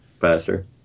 faster